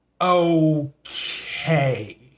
okay